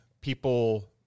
people